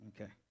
Okay